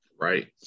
Right